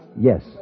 Yes